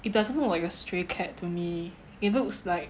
it doesn't look like a stray cat to me it looks like